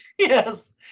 Yes